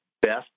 best